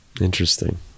Interesting